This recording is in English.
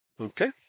Okay